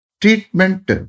treatment